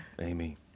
Amy